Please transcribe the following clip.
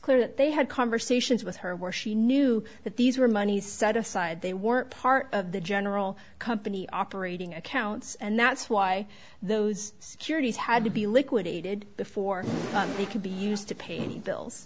clear that they had conversations with her where she knew that these were money set aside they weren't part of the general company operating accounts and that's why those securities had to be liquidated before they could be used to pay the bills